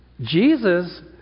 Jesus